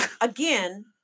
again